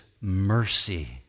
mercy